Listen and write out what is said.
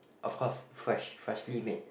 of course fresh freshly made